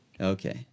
Okay